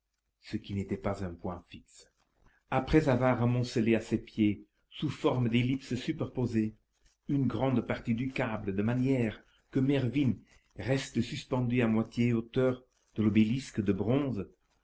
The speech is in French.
ce qui n'était pas un point fixe après avoir amoncelé à ses pieds sous forme d'ellipses superposées une grande partie du câble de manière que mervyn reste suspendu à moitié hauteur de l'obélisque de bronze